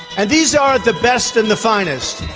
and these aren't the best and the finest.